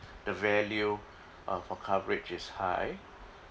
the value of uh coverage is high